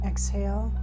Exhale